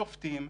שופטים,